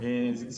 אבל הוא כן ברור.